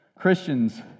Christians